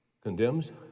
condemns